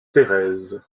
thérèse